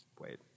Wait